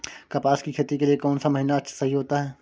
कपास की खेती के लिए कौन सा महीना सही होता है?